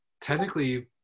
technically